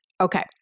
Okay